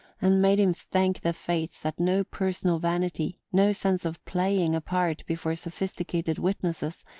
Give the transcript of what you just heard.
and made him thank the fates that no personal vanity, no sense of playing a part before sophisticated witnesses,